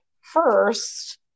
first